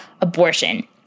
abortion